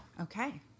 Okay